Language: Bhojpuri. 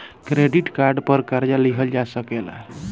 क्रेडिट कार्ड पर कर्जा लिहल जा सकेला